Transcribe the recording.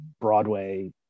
Broadway